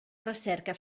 recerca